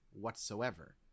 whatsoever